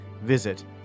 Visit